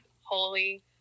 Holy